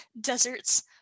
deserts